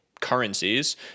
currencies